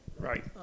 Right